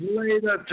later